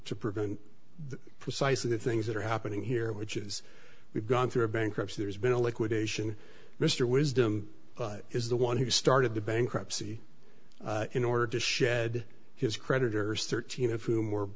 to prevent precisely the things that are happening here which is we've gone through a bankruptcy there's been a liquidation mr wisdom is the one who started the bankruptcy in order to shed his creditors thirteen